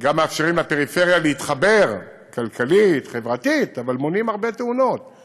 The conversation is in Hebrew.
גם מאפשרים לפריפריה להתחבר, כלכלית, חברתית, אבל